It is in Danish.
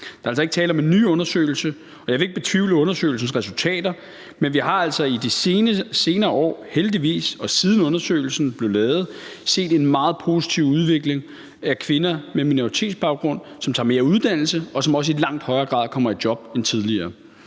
Der er altså ikke tale om en ny undersøgelse. Jeg vil ikke betvivle undersøgelsens resultater, men vi har altså i de senere år – heldigvis – og siden undersøgelsen blev lavet, set en meget positiv udvikling, hvor kvinder med minoritetsbaggrund tager mere uddannelse, og som også i langt højere grad kommer i job end tidligere.